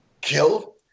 killed